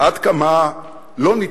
עד כמה לא ניתן,